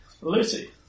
Lucy